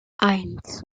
eins